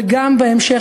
וגם בהמשך,